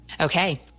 Okay